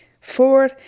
Four